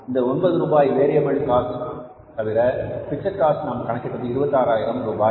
இந்த ஒன்பது ரூபாய் வேரியபில் காஸ்ட் தவிர பிக்ஸட் காஸ்ட் நாம் கணக்கிட்டது 26000 ரூபாய்